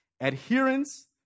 adherence